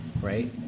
right